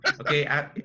Okay